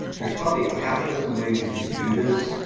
there's probably a half a dozen ways you can do this.